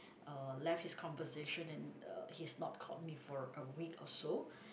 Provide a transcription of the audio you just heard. uh left his conversation and uh he's not called me for a week or so